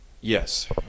Yes